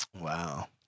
Wow